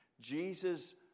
Jesus